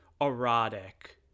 erotic